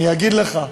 אני אגיד לך.